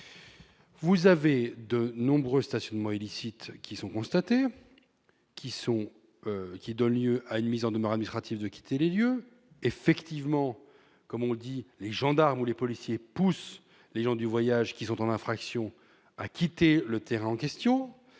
constatés de nombreux stationnements illicites, qui donnent lieu à une mise en demeure administrative de quitter les lieux. Effectivement, comme on le dit, les gendarmes ou les policiers poussent les gens du voyage en infraction à quitter le terrain en question,